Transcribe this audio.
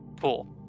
Cool